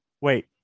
Wait